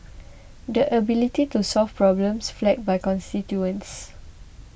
the ability to solve problems flagged by constituents